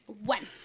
One